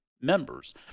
members